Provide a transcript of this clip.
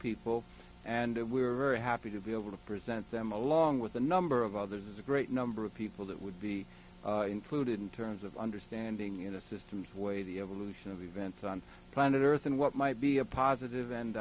people and we were very happy to be able to present them along with a number of others a great number of people that would be included in terms of understanding in a system where the evolution of events on planet earth and what might be a positive and